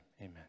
Amen